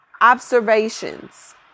observations